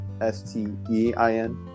S-T-E-I-N